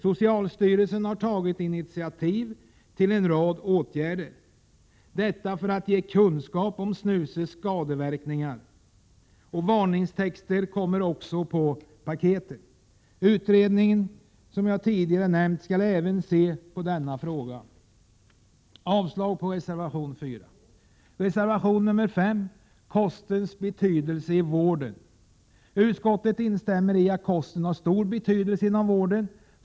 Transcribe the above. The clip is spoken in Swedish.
Socialstyrelsen har tagit initiativ till en rad åtgärder för att ge kunskap om snusets skadeverkningar. Varningstexter kommer också på paketen. Den utredning som jag tidigare har nämnt skall även se på denna fråga. Jag yrkar avslag på reservation 4. I reservation 5 tas kostens betydelse i vården upp. Utskottet instämmer i att kosten har stor betydelse inom vården.